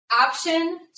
option